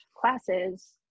classes